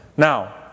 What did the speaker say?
Now